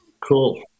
cool